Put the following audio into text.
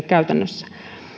käytännössä